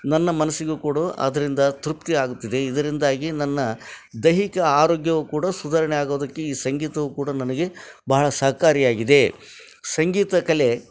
ನನ್ನ ಮನಸ್ಸಿಗೂ ಕೂಡ ಅದರಿಂದ ತೃಪ್ತಿ ಆಗುತ್ತಿದೆ ಇದರಿಂದಾಗಿ ನನ್ನ ದೈಹಿಕ ಆರೋಗ್ಯವೂ ಕೂಡ ಸುಧಾರಣೆ ಆಗೋದಕ್ಕೆ ಈ ಸಂಗೀತವು ಕೂಡ ನನಗೆ ಬಹಳ ಸಹಕಾರಿಯಾಗಿದೆ ಸಂಗೀತ ಕಲೆ